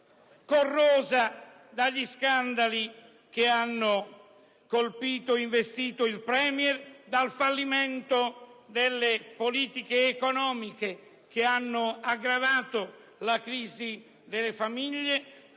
corrosa dagli scandali che hanno investito il Premier, dal fallimento delle politiche economiche che hanno aggravato la crisi delle famiglie,